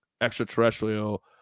extraterrestrial